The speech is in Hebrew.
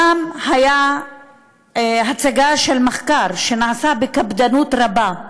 שם הייתה הצגה של מחקר, שנעשה בקפדנות רבה,